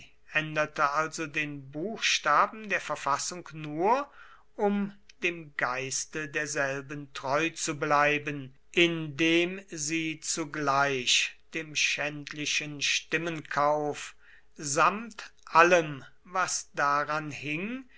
änderte also den buchstaben der verfassung nur um dem geiste derselben treu zu bleiben indem sie zugleich dem schändlichen stimmenkauf samt allem was daran hing